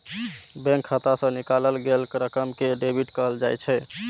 bank खाता सं निकालल गेल रकम कें डेबिट कहल जाइ छै